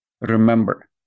Remember